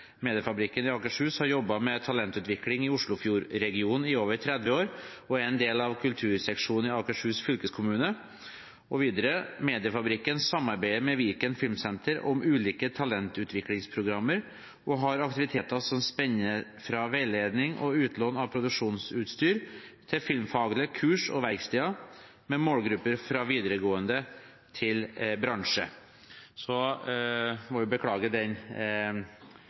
Mediefabrikken i Akershus har jobbet med talentutvikling i Oslofjordregionen i over 30 år og er en del av kulturseksjonen i Akershus fylkeskommune. Og videre: Mediefabrikken samarbeider med Viken Filmsenter om ulike talentutviklingsprogrammer og har aktiviteter som spenner fra veiledning og utlån av produksjonsutstyr til filmfaglige kurs og verksteder, med målgrupper fra videregående til bransje. Jeg må beklage den